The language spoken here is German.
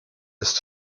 ist